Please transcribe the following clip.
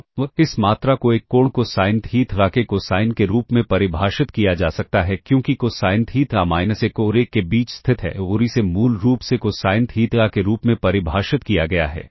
तो इस मात्रा को एक कोण कोसाइन थीटा के कोसाइन के रूप में परिभाषित किया जा सकता है क्योंकि कोसाइन थीटा माइनस 1 और 1 के बीच स्थित है और इसे मूल रूप से कोसाइन थीटा के रूप में परिभाषित किया गया है